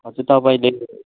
हजुर तपाईँले